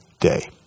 day